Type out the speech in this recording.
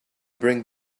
bring